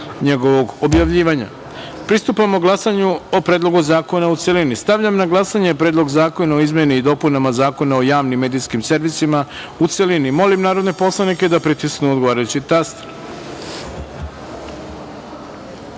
njegovog objavljivanja. Pristupamo glasanju o Predlogu zakona u celini. Stavljam na glasanje Predlog zakona o izmeni i dopunama Zakona o javnim medijskim servisima u celini. Molim poslanike da pritisnu odgovarajući